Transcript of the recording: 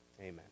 amen